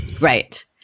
Right